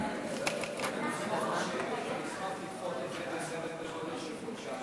אני אשמח לשבת אתך ואני אשמח לדחות את זה בסדר גודל של חודשיים.